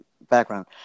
background